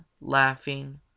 laughing